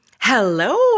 Hello